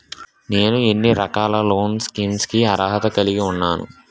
నేను ఎన్ని రకాల లోన్ స్కీమ్స్ కి అర్హత కలిగి ఉన్నాను?